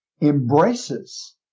embraces